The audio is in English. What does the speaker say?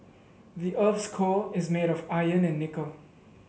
the earth's core is made of iron and nickel